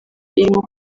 irimo